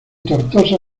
tortosa